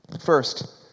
First